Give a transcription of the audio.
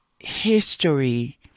history